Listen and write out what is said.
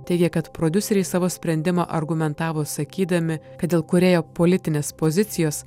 teigia kad prodiuseriai savo sprendimą argumentavo sakydami kad dėl kūrėjo politinės pozicijos